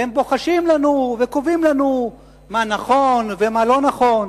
והם בוחשים לנו וקובעים לנו מה נכון ומה לא נכון.